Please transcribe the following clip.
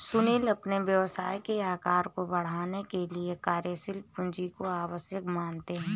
सुनील अपने व्यवसाय के आकार को बढ़ाने के लिए कार्यशील पूंजी को आवश्यक मानते हैं